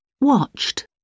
Watched